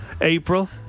April